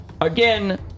again